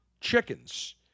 chickens